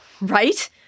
Right